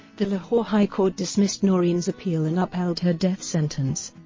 the lahore high court dismissed noreen's appeal and upheld her death sentence.